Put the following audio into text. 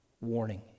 warning